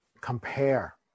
compare